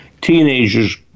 Teenagers